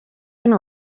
been